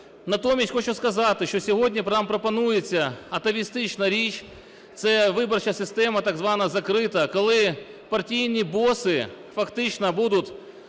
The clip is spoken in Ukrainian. Натомість хочу сказати, що сьогодні нам пропонується атавістична річ – це виборча система так звана закрита, коли партійні боси фактично будуть